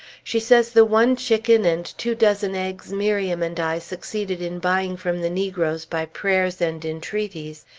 she says the one chicken and two dozen eggs miriam and i succeeded in buying from the negroes by prayers and entreaties,